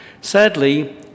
Sadly